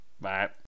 Bye